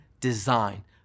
design